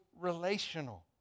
relational